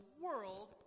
world